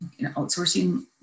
outsourcing